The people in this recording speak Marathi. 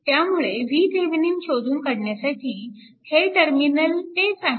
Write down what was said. त्यामुळे VThevenin शोधून काढण्यासाठी हे टर्मिनल तेच आहे